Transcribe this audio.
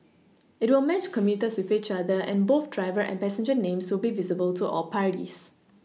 it will match commuters with each other and both driver and passenger names will be visible to all parties